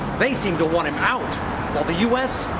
they seem to want him out while the u s.